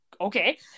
Okay